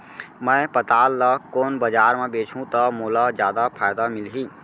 मैं पताल ल कोन बजार म बेचहुँ त मोला जादा फायदा मिलही?